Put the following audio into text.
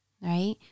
Right